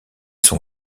son